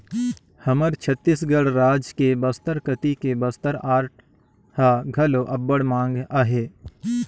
हमर छत्तीसगढ़ राज के बस्तर कती के बस्तर आर्ट ह घलो अब्बड़ मांग अहे